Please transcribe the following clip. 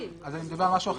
אז אני מדבר על משהו אחר,